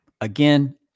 again